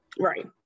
right